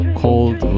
called